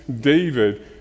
David